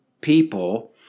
people